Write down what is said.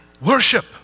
Worship